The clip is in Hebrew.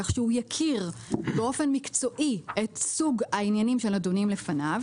כך שהוא יכיר באופן מקצועי את סוג העניינים שנדונים לפניו.